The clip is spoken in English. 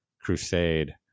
crusade